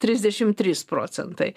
trisdešimt trys procentai